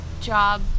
job